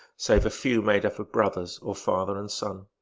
save a few made up of brothers, or father and son.